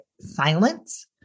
silence